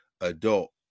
adult